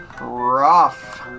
Rough